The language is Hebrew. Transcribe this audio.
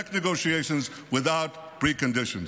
direct negotiations without preconditions.